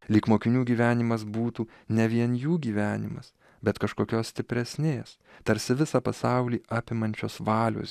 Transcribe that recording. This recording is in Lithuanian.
lyg mokinių gyvenimas būtų ne vien jų gyvenimas bet kažkokios stipresnės tarsi visą pasaulį apimančios valios